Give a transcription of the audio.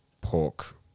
pork